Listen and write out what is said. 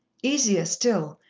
easier still,